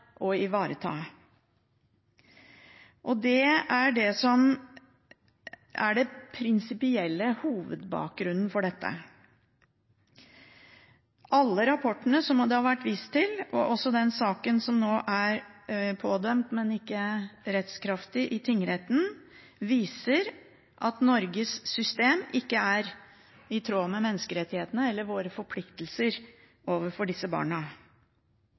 har vært vist til – også i den saken som nå er pådømt, men ikke rettskraftig i tingretten – viser at Norges system ikke er i tråd med menneskerettighetene eller med våre forpliktelser overfor disse barna.